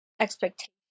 expectation